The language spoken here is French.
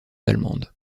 allemandes